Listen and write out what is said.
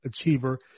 achiever